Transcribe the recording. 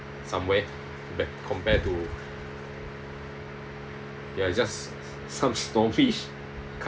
somewhere back compared to ya it just some stonefish